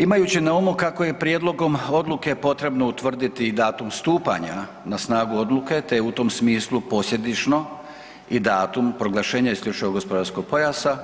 Imajući na umu kako je prijedlogom odluke potrebno utvrditi datum stupanja na snagu odluke te u tom smislu posljedično i datum proglašenja isključivog gospodarskog pojasa,